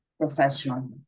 professional